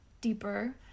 deeper